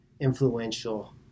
influential